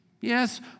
Yes